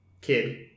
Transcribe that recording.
Kid